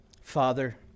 Father